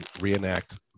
reenact